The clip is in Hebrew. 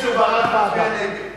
מי שבעד ועדה מצביע נגד.